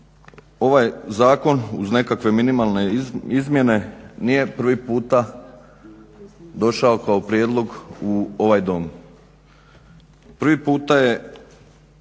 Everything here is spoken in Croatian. Ovaj Zakon uz nekakve minimalne izmjene nije prvi puta došao kao prijedlog u ovaj Dom. Prvi puta je